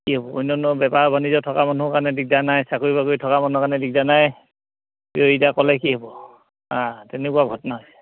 কি হ'ব অন্য বেপাৰ বাণিজ্য থকা মানুহ কাৰণে দিগদাৰ নাই চাকৰি বাকৰি থকা মানুহ কাৰণে দিগদাৰ নাই ক'লে কি হ'ব তেনেকুৱা ঘটনা হৈছে